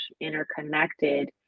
interconnected